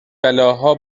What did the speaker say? بلاها